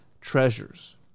treasures